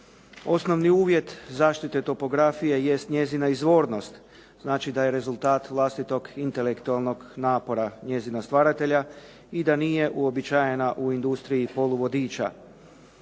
Osnovni uvjet zaštite topografije jest njezina izvornost, znači da je rezultat vlastitog intelektualnog napora njezina stvaratelja i da nije uobičajena u industriji poluvodiča.